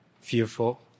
fearful